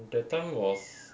the time was